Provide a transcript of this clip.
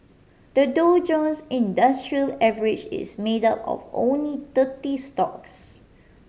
the Dow Jones Industrial Average is made up of only thirty stocks